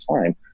time